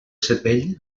cervell